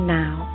now